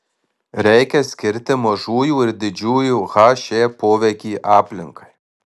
reikia skirti mažųjų ir didžiųjų he poveikį aplinkai